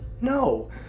no